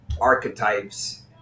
archetypes